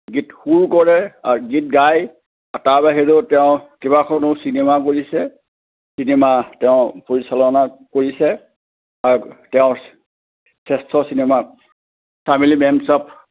গীত সুৰ কৰে আৰু গীত গায় আৰু তাৰ বাহিৰেও তেওঁ কেইবাখনো চিনেমা কৰিছে চিনেমা তেওঁ পৰিচালনা কৰিছে আৰু তেওঁৰ শ্ৰেষ্ঠ চিনেমা চামেলী মেমচাহাব